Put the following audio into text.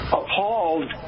appalled